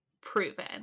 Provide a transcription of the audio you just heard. proven